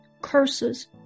Curses